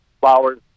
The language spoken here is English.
flowers